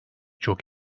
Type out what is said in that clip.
çok